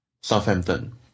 Southampton